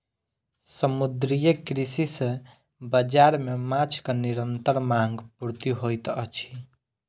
समुद्रीय कृषि सॅ बाजार मे माँछक निरंतर मांग पूर्ति होइत अछि